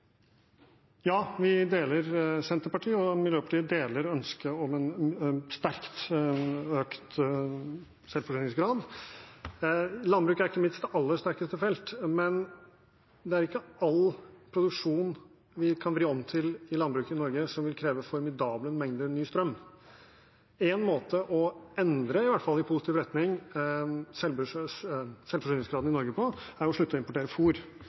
deler ønsket om en sterkt økt selvforsyningsgrad. Landbruk er ikke mitt aller sterkeste felt, men det er ikke all produksjon vi kan vri om til i landbruket i Norge som vil kreve formidable mengder ny strøm. Én måte å endre selvforsyningsgraden i Norge på i positiv retning er i hvert fall å slutte å importere